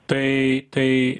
tai tai